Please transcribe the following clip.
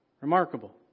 Remarkable